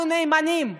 אנחנו נאמנים,